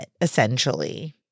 essentially